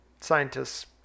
Scientists